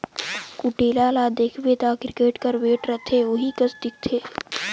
कुटेला ल देखबे ता किरकेट कर बैट रहथे ओही कस दिखथे